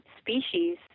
species